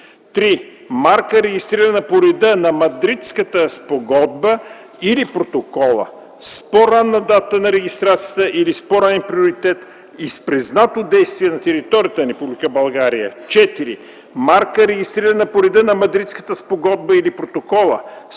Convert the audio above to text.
3. марка, регистрирана по реда на Мадридската спогодба или Протокола, с по-ранна дата на регистрацията или с по-ранен приоритет и с признато действие на територията на Република България; 4. марка, регистрирана по реда на Мадридската спогодба или Протокола,